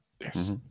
Yes